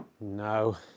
no